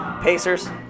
Pacers